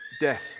death